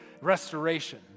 restoration